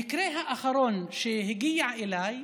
המקרה האחרון שהגיע אליי: